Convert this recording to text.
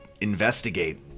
investigate